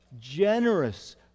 generous